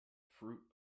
fruit